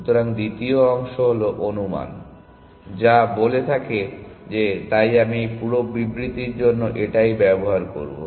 সুতরাং দ্বিতীয় অংশ হল অনুমান যা বলে যে যাক তাই আমি এই পুরো বিবৃতির জন্য এটি ব্যবহার করব